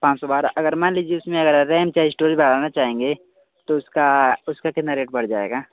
पाँच सौ बारह अगर मान लीजिए उसमें अगर रैम या एस्टोरेज बढ़ाना चाहेंगे तो उसका उसका कितना रेट बढ़ जाएगा